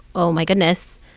oh my goodness,